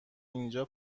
اینجا